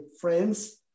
friends